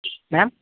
ma'am